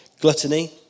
gluttony